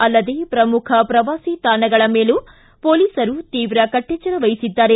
ಅಲ್ಲದೆ ಪ್ರಮುಖ ಪ್ರವಾಸಿ ತಾಣಗಳ ಮೇಲೂ ಪೊಲೀಸರು ತೀವ್ರ ಕಟ್ಟೆಚ್ಚರ ವಹಿಸಿದ್ದಾರೆ